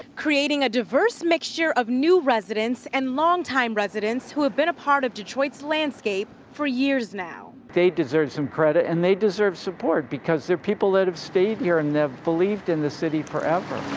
creating a diverse mixture of new residents and long-time residents who have been a part of detroit's landscape for years now. they deserve some credit and they deserve support because they're people that have stayed here and have believed in the city forever.